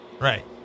Right